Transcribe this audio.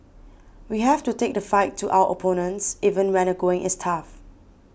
we have to take the fight to our opponents even when the going is tough